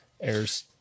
airs